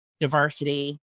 diversity